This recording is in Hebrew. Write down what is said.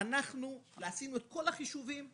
אנחנו עשינו את כל החישובים,